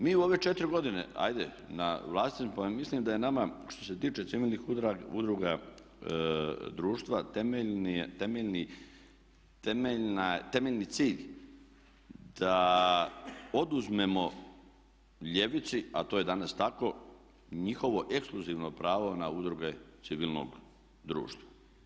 Mi u ove 4 godine, ajde na vlastiti pojam, mislim da je nama što se tiče civilnih udruga društva temeljni cilj da oduzmemo ljevici, a to je danas tako njihovo ekskluzivno pravo na udruge civilnog društva.